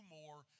more